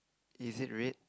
is it red